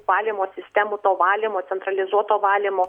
valymo sistemų to valymo centralizuoto valymo